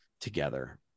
together